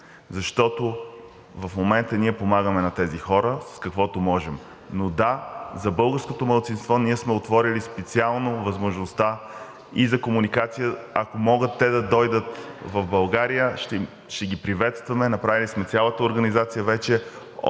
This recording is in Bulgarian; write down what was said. защото в момента ние помагаме на тези хора с каквото можем. Но да, за българското малцинство ние сме отворили специално възможността и за комуникация, ако могат те да дойдат в България, ще ги приветстваме. Направили сме цялата организация вече